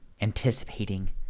anticipating